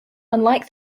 unlike